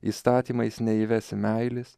įstatymai neįvesi meilės